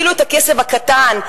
אפילו הכסף הקטן,